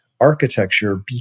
architecture